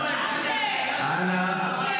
אנא.